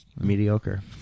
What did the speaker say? mediocre